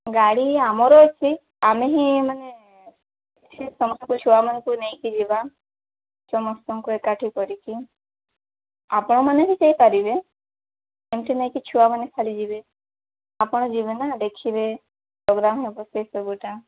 ଗାଡ଼ି ଆମର ଅଛି ଆମେ ହିଁ ମାନେ ସେ ସ୍ଥାନକୁ ଛୁଆମାନଙ୍କୁ ନେଇକି ଯିବା ସମସ୍ତଙ୍କୁ ଏକାଠି କରିକି ଆପଣମାନେ ବି ଯାଇପାରିବେ ସେମିତି ନାହିଁକି ଛୁଆମାନେ ଖାଲି ଯିବେ ଆପଣ ଯିବେ ନା ଦେଖିବେ ପୋଗ୍ରାମ୍ ହେବ ସେ ସବୁଟା